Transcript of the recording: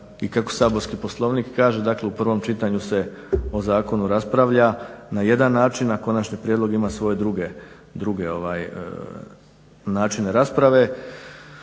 i kako saborski Poslovnik kaže, dakle u prvom čitanju se o zakonu raspravlja na način, a konačni prijedlog ima svoje druge načine rasprave.